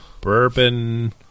bourbon